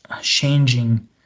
changing